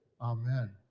Amen